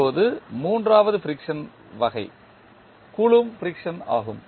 இப்போது மூன்றாவது ஃபிரிக்சன் வகை கூலொம்ப் ஃபிரிக்சன் ஆகும்